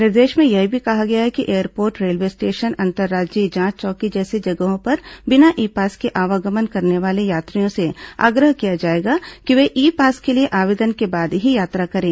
निर्देश में यह भी कहा गया है कि एयरपोर्ट रेलवे स्टेशन अंतर्राज्यीय जांच चौकी जैसी जगहों पर बिना ई पास के आवागमन करने वाले यात्रियों से आग्रह किया जाएगा कि वे ई पास के लिए आवेदन के बाद ही यात्रा करें